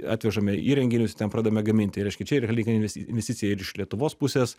atvežame įrenginius ten pradedame gaminti reiškia čia yra lyg inves investicija ir iš lietuvos pusės